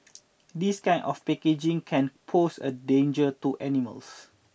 this kind of packaging can pose a danger to animals